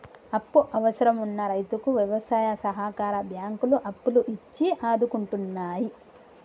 అప్పు అవసరం వున్న రైతుకు వ్యవసాయ సహకార బ్యాంకులు అప్పులు ఇచ్చి ఆదుకుంటున్నాయి